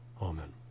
Amen